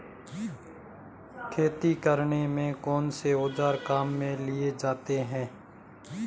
खेती करने में कौनसे औज़ार काम में लिए जाते हैं?